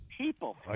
People